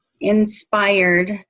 inspired